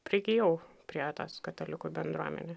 prigijau prie tos katalikų bendruomenės